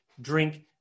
drink